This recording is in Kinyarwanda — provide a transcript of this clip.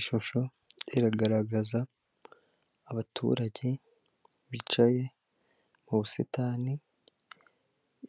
Ishusho iragaragaza abaturage bicaye mu busitani